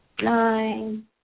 nine